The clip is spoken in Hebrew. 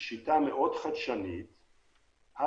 השיטה חדשנית מאוד.